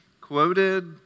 quoted